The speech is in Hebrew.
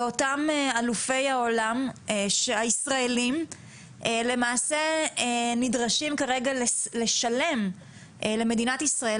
ואותם אלופי העולם הישראלים למעשה נדרשים כרגע לשלם למדינת ישראל,